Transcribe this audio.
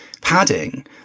padding